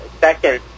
second